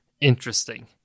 Interesting